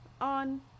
on